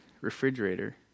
refrigerator